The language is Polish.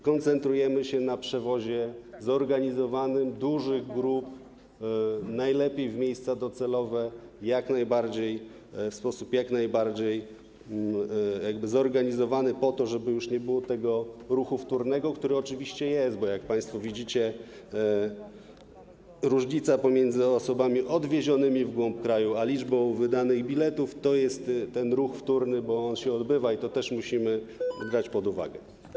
Koncentrujemy się na przewozie zorganizowanym dużych grup, najlepiej w miejsca docelowe i w sposób jak najbardziej zorganizowany, po to żeby już nie było tego ruchu wtórnego, który oczywiście jest, bo jak państwo widzicie, różnica pomiędzy osobami odwiezionymi w głąb kraju a liczbą wydanych biletów to jest ten ruch wtórny, on się odbywa, i to też musimy brać pod uwagę.